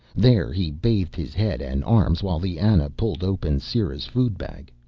there he bathed his head and arms while the ana pulled open sera's food bag.